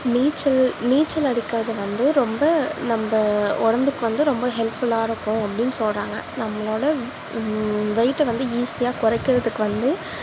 நீச்சல் நீச்சல் அடிக்கிறது வந்து ரொம்ப நம்ப உடம்புக்கு வந்து ரொம்ப ஹெல்ஃப்புல்லாக இருக்கும் அப்படின்னு சொல்றாங்க நம்மளோடய வெயிட்டை வந்து ஈசியாக குறைக்கறதுக்கு வந்து